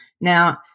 Now